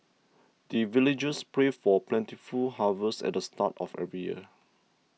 the villagers pray for plentiful harvest at the start of every year